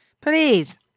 please